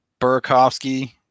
Burakovsky